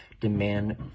demand